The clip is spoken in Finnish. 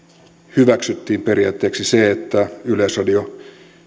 hyväksyttiin periaatteeksi se että yleisradio